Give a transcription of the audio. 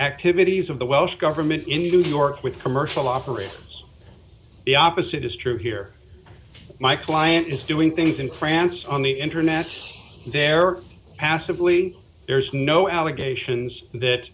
activities of the welsh government in new york with commercial operators the opposite is true here my client is doing things in france on the internet there passively there is no allegations that